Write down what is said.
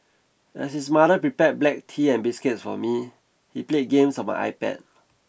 as his mother prepared black tea and biscuits for me he played games on my iPad